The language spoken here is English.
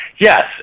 Yes